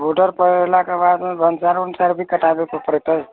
बाॅडरपर एलाके बादमे भी कटाबैके पड़तै